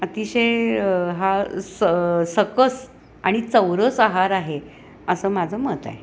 अतिशय हा स सकस आणि चौरस आहार आहे असं माझं मत आहे